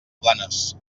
planes